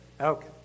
Okay